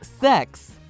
sex